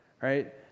right